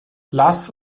lass